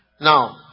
Now